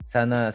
Sana